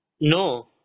No